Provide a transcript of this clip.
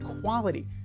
quality